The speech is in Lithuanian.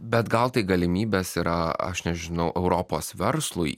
bet gal tai galimybės yra aš nežinau europos verslui